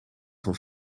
van